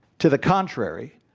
to the contrary,